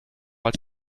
als